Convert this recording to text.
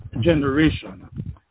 generation